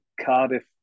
Cardiff